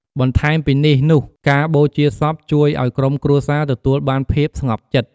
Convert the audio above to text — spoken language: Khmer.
បន្ថែមពីនេះនុះការបូជាសពជួយអោយក្រុមគ្រួសារទទួលបានភាពស្ងប់ចិត្ត។